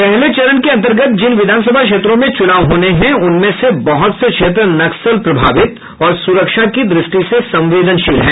पहले चरण के अंतर्गत जिन विधानसभा क्षेत्रों में चूनाव होने हैं उनमें से बहत से क्षेत्र नक्सल प्रभावित और सुरक्षा की दृष्टि से संवेदनशील हैं